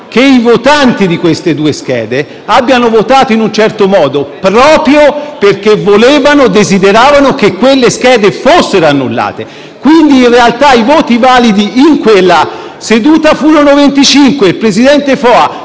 che i votanti di queste due schede abbiano votato in un certo modo proprio perché volevano, desideravano che quelle schede fossero annullate. Quindi, in realtà, i voti validi in quella seduta furono 25 e il presidente Foa,